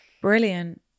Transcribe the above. Brilliant